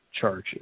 charges